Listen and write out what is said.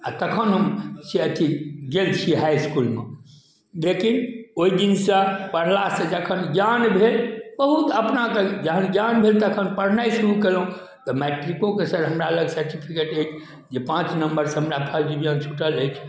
आ तखन हम से अथी गेल छी हाइ इसकुल मे लेकिन ओहि दिन सऽ पढ़ला सऽ जखन ज्ञान भेल बहुत अपनाके जहन ज्ञान भेल तखन पढ़नाइ शुरू केलहुॅं तऽ मैट्रिकोके सर हमरा लग सर्टिफिकेट अछि जे पाँच नम्बर सऽ हमरा फर्स्ट डिबिजन छूटल अछि